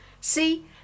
See